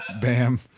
Bam